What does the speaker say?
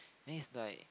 then it's like